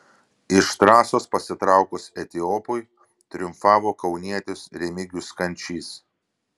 iš trasos pasitraukus etiopui triumfavo kaunietis remigijus kančys